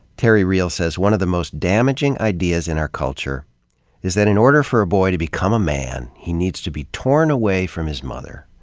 terry real says one of the most damaging ideas in our culture is that in order for a boy to become a man, he needs to be torn away from his mother.